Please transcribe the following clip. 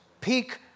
peak